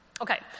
Okay